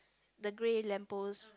the grey lamp post